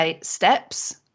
steps